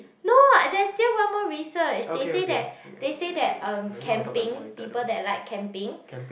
no ah there's still one more research they say that they say that um camping people that like camping